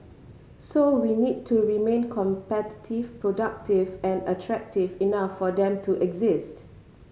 so we need to remain competitive productive and attractive enough for them to exist